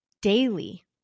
daily